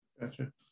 Gotcha